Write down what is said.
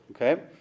okay